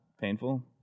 painful